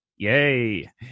Yay